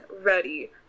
ready